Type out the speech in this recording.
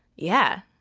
yeah,